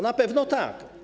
Na pewno tak.